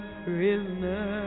prisoner